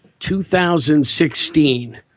2016